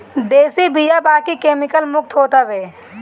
देशी बिया बाकी केमिकल मुक्त होत हवे